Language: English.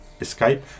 escape